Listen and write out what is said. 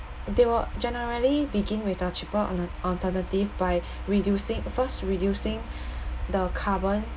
they will generally begin with a cheaper alna~ alternative by reducing first reducing the carbon